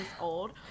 old